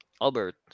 Albert